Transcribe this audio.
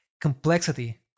complexity